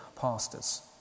pastors